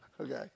okay